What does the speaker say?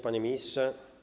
Panie Ministrze!